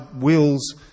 wills